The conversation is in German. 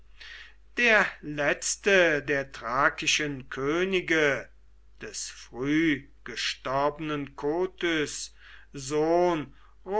der letzte der thrakischen könige des früh gestorbenen kotys sohn